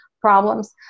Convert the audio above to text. problems